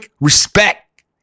Respect